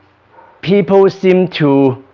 people seem to